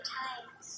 times